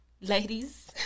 Ladies